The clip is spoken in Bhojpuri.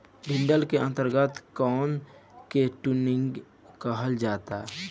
डंठल के अंतिम कोना के टुनगी कहल जाला